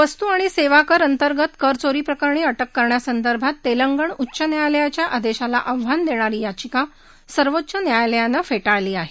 वस्तू आणि सेवाकराअंतर्गत कर चोरी प्ररकणी अ क्रि करण्यासंदर्भात तेलंगण उच्च न्यायालयाच्या आदेशाला आव्हान देणारी याचिका सर्वोच्च न्यायालयानं फे ळली आहे